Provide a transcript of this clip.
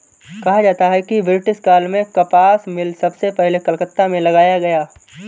कहा जाता है कि ब्रिटिश काल में कपास मिल सबसे पहले कलकत्ता में लगाया गया